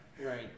Right